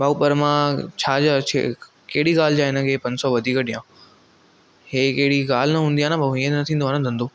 भाऊ पर मां छा जा कहिड़ी ॻाल्हि जा हिन खे पंज सौ वधीक ॾियां ही कहिड़ी ॻाल्हि न हूंदी आहे न भाऊ हीअं न थींदो आहे न धंधो